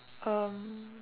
um